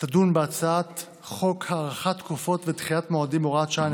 תדון בהצעת חוק הארכת תקופות ודחיית מועדים (הוראת שעה,